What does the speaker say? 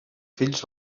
fills